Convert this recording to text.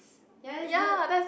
ya that's good